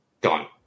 Done